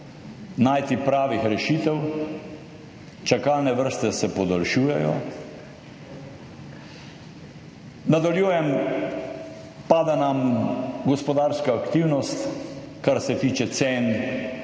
najti pravih rešitev. Čakalne vrste se podaljšujejo. Nadaljujem. Pada nam gospodarska aktivnost, kar se tiče cen,